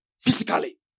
physically